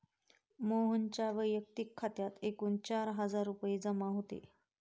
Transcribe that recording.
मोहनच्या वैयक्तिक खात्यात एकूण चार हजार रुपये जमा होते